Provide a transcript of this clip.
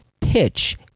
pitch